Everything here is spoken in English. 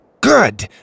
Good